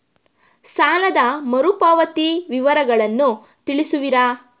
ಸಾಲದ ಮರುಪಾವತಿ ವಿವರಗಳನ್ನು ತಿಳಿಸುವಿರಾ?